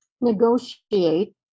negotiate